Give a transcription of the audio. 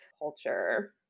culture